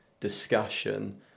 discussion